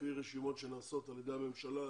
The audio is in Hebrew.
לפי רשימות שנעשות על ידי הממשלה,